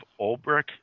Olbrich